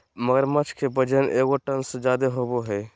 मगरमच्छ के वजन एगो टन से ज्यादा होबो हइ